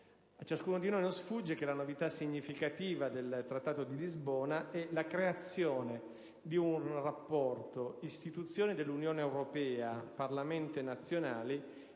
A ciascuno di noi non sfugge che la novità significativa del Trattato di Lisbona è la creazione di un rapporto istituzioni dell'Unione europea-Parlamenti nazionali